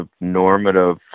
normative